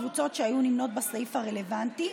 קבוצות שהיו נמנות בסעיף הרלוונטי,